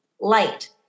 Light